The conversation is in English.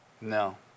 No